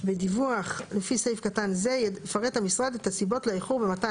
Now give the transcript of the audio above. בדיווח לפי סעיף קטן זה יפרט המשרד את הסיבות לאיחור במתן